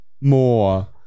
more